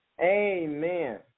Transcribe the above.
Amen